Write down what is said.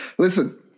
Listen